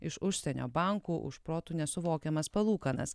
iš užsienio bankų už protu nesuvokiamas palūkanas